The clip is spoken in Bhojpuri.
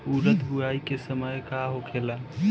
उरद बुआई के समय का होखेला?